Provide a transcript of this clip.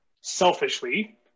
selfishly